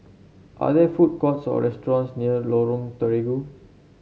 are there food courts or restaurants near Lorong Terigu